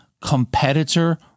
competitor